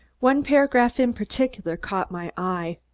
one paragraph in particular caught my eye.